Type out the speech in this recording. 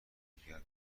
همدیگر